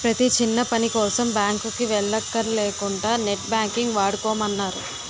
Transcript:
ప్రతీ చిన్నపనికోసం బాంకుకి వెల్లక్కర లేకుంటా నెట్ బాంకింగ్ వాడుకోమన్నారు